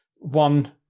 one